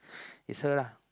is her lah